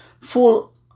full